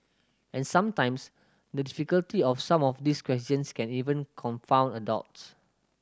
and sometimes the difficulty of some of these questions can even confound adults